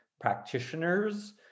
practitioners